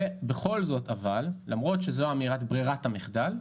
אבל למרות שזאת אמירת ברירת המחדל,